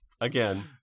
again